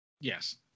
Yes